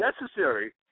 necessary